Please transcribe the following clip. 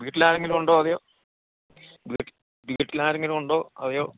വീട്ടിലാരെങ്കിലും ുണ്ടോ അതെയോ വീട്ടിലാരെങ്കിലുമുണ്ടോ അതെയോ